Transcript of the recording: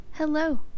Hello